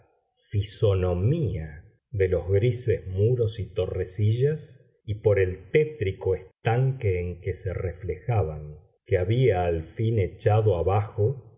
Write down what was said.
la fisonomía de los grises muros y torrecillas y por el tétrico estanque en que se reflejaban que había al fin echado abajo